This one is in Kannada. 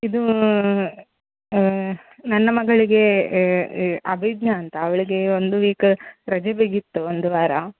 ಇದು ನನ್ನ ಮಗಳಿಗೆ ಅಭಿಜ್ಞಾ ಅಂತ ಅವಳಿಗೆ ಒಂದು ವೀಕ ರಜೆ ಬೇಕಿತ್ತು ಒಂದು ವಾರ